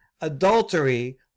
adultery